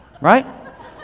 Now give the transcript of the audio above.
Right